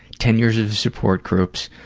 ten years of support groups,